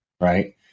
right